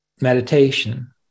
meditation